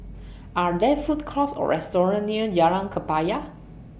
Are There Food Courts Or restaurants near Jalan Kebaya